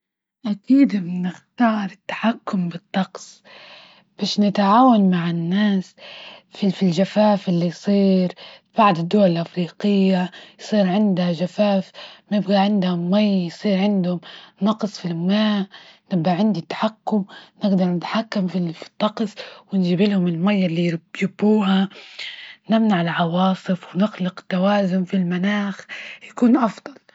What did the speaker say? أكيد بنختار التحكم بالطقس، باش نتعاون مع الناس في- في الجفاف اللي يصير بعض الدول الافريقية يصير عندها جفاف نبغى عندها مي يصير عندهم نقص في الماء نبقى عندي تحكم نقدر نتحكم في في الطقس ونجيبلهم المي ال-اللي يبغوها تمنع العواصف ونخلق التوازن في المناخ يكون أفضل.